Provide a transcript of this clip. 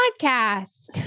Podcast